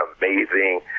amazing